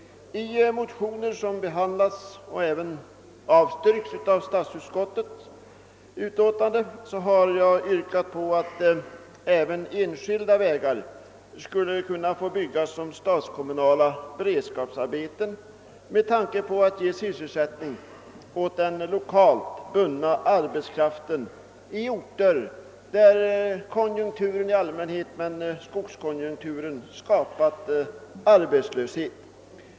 I motioner som behandlats och även avstyrkts av statsutskottet har jag yrkat på att även enskilda vägar skulle kunna få byggas som statskommunala beredskapsarbeten för att ge sysselsättning åt den lokalt bundna arbetskraften i Norrland, där konjunkturen i allmänhet och skogskonjunkturen i synnerhet skapat arbetslöshet.